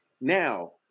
Now